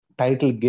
title